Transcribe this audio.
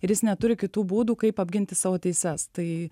ir jis neturi kitų būdų kaip apginti savo teises tai